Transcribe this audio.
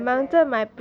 project ah